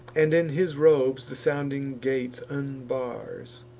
and in his robes the sounding gates unbars.